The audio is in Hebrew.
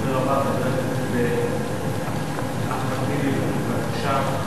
הדובר הבא, חבר הכנסת אחמד טיבי, בבקשה.